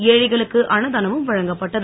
ஏழைகளுக்கு அன்னதாமும் வழங்கப்பட்டது